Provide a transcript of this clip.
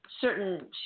certain